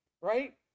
right